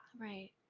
Right